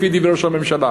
לפי דברי ראש הממשלה.